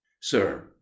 Sir